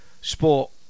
Sport